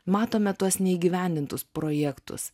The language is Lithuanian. matome tuos neįgyvendintus projektus